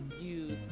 use